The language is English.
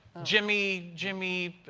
jimmy jimmy